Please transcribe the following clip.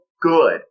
good